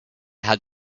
had